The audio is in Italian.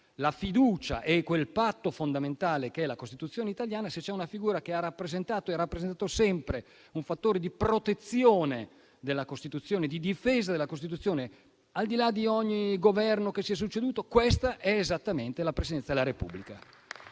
la fiducia e quel patto fondamentale che è la Costituzione italiana, se c'è una figura che ha rappresentato sempre un fattore di protezione e di difesa della Costituzione, al di là di ogni Governo che si è succeduto, questa è esattamente la Presidenza della Repubblica.